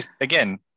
again